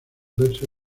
verse